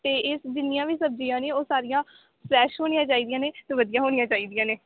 ਅਤੇ ਇਸ ਜਿੰਨੀਆਂ ਵੀ ਸਬਜ਼ੀਆਂ ਨੇ ਉਹ ਸਾਰੀਆਂ ਫਰੈਸ਼ ਹੋਣੀਆਂ ਚਾਹੀਦੀਆਂ ਨੇ ਅਤੇ ਵਧੀਆ ਹੋਣੀਆਂ ਚਾਹੀਦੀਆਂ ਨੇ